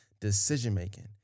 decision-making